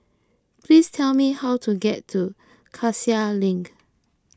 please tell me how to get to Cassia Link